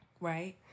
Right